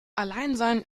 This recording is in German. alleinsein